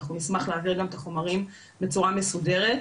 אשמח להעביר את החומרים בצורה מסודרת.